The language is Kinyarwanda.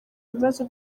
bibazo